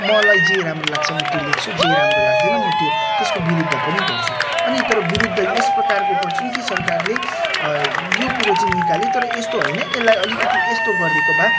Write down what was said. मलाई जे राम्रो लाग्छ म त्यो लेख्छु जे राम्रो लाग्दैन म त्यो त्यसको विरुद्ध पनि गर्छु अनि तर विरुद्ध यसप्रकारको गर्छु कि सरकारले यो कुरो चाहिँ निकाल्यो तर यस्तो होइन यसलाई अलिकति यस्तो गरिदिएको भए